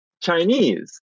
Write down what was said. Chinese